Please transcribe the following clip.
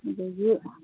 ꯑꯗꯒꯤ